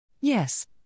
Yes